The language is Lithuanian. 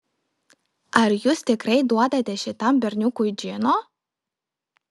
ar jūs tikrai duodate šitam berniukui džino